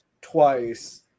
twice